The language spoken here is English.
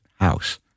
house